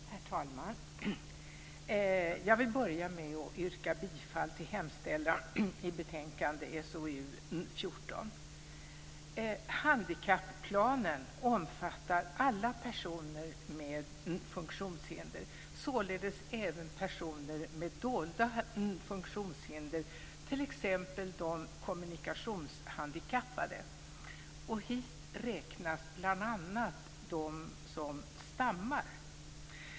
Herr talman! Jag vill börja med att yrka bifall till hemställan i betänkande SoU14. Handikapplanen omfattar alla personer med funktionshinder, således även personer med dolda funktionshinder, t.ex. de kommunikationshandikappade. Hit räknas bl.a. de som stammar.